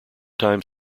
time